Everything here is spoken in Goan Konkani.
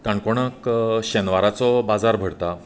काणकोणाक शेनवाराचो बाजार भरता